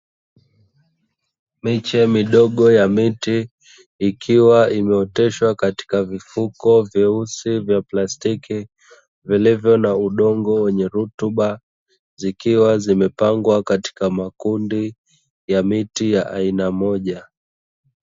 Miche midogo ya miti ikiwa imeoteshwa katika vifuko vyeusi vya plastiki, vilivo na udongo wenye rutuba zikiwa zimepangwa katika makundi ya miti ya aina moja.